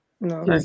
No